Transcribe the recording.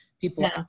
people